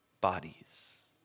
bodies